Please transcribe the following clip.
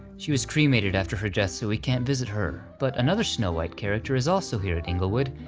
she was cremated after her death so we can't visit her, but another snow white character is also here at inglewood,